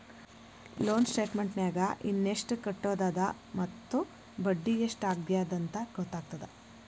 loan ಸ್ಟೇಟಮೆಂಟ್ನ್ಯಾಗ ಇನ ಎಷ್ಟ್ ಕಟ್ಟೋದದ ಮತ್ತ ಬಡ್ಡಿ ಎಷ್ಟ್ ಆಗ್ಯದಂತ ಗೊತ್ತಾಗತ್ತ